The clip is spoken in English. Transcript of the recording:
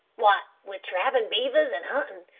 wot with trappin' beavers and huntin',